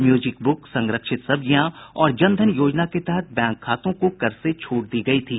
music book संरक्षित सब्जियां और जनधन योजना के तहत बैंक खातों को कर से छूट दी गई थी